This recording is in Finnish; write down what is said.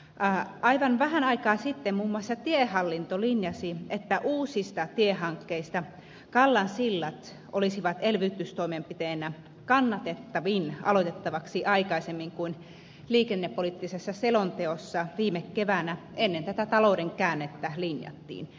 aivan vähän aikaa sitten muun muassa tiehallinto linjasi että uusista tiehankkeista kallansillat olisi elvytystoimenpiteenä kannatettavin aloitettavaksi aikaisemmin kuin liikennepoliittisessa selonteossa viime keväänä ennen tätä talouden käännettä linjattiin